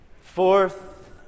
fourth